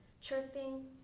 chirping